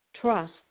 trust